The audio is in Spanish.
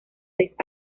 seis